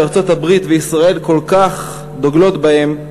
שארצות-הברית וישראל כל כך דוגלות בהם,